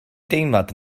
deimlad